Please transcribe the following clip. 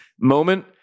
Moment